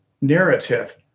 narrative